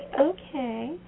Okay